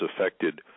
affected